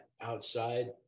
outside